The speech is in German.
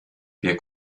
der